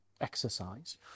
exercise